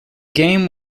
game